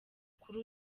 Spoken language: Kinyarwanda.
kuri